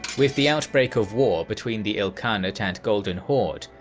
with the outbreak of war between the ilkhanate and golden horde,